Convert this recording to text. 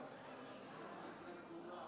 אני